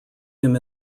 him